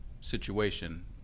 situation